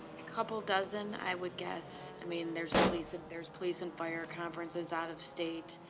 ah couple dozen i would guess. i mean, there's police and there's police and fire conferences out of state.